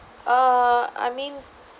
err I mean